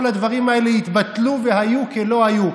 כל הדברים האלה יתבטלו והיו כלא היו.